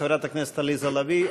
חברת הכנסת עליזה לביא,